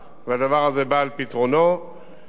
לגבי צומת להבים המפורסם: